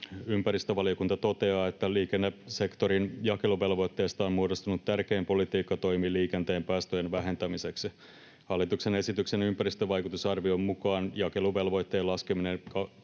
Ympäristövaliokunta toteaa, että liikennesektorin jakeluvelvoitteesta on muodostunut tärkein politiikkatoimi liikenteen päästöjen vähentämiseksi. Hallituksen esityksen ympäristövaikutusarvion mukaan jakeluvelvoitteen laskeminen 28